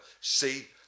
see